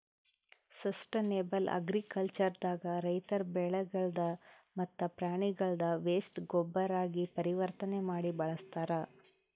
sustainable agriculture ದಾಗ ರೈತರ್ ಬೆಳಿಗಳ್ದ್ ಮತ್ತ್ ಪ್ರಾಣಿಗಳ್ದ್ ವೇಸ್ಟ್ ಗೊಬ್ಬರಾಗಿ ಪರಿವರ್ತನೆ ಮಾಡಿ ಬಳಸ್ತಾರ್